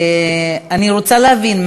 אני רוצה להבין,